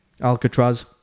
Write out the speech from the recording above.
Alcatraz